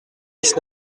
dix